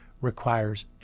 requires